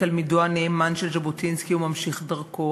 תלמידו הנאמן של ז'בוטינסקי וממשיך דרכו,